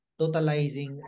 totalizing